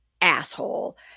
asshole